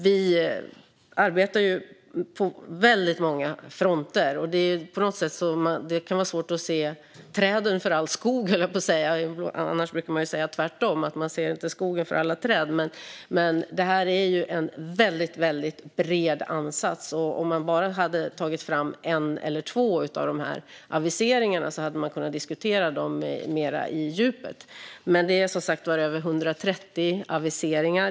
Vi arbetar på väldigt många fronter. Det kan vara svårt att se träden för all skog, höll jag på att säga. Annars brukar man ju säga tvärtom, att man inte ser skogen för alla träd. Det är en väldigt bred ansats. Om man bara hade tagit fram en eller två av de här aviseringarna hade man kunnat diskutera dem mer på djupet. Men det är som sagt över 130 aviseringar.